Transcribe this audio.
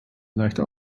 leichte